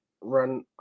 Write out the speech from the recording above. run